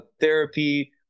Therapy